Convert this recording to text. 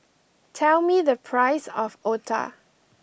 tell me the price of Otah